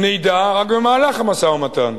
נדע רק במהלך המשא-ומתן.